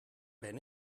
ben